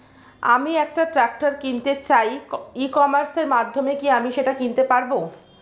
আমি একটা ট্রাক্টর কিনতে চাই ই কমার্সের মাধ্যমে কি আমি সেটা কিনতে পারব?